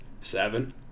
seven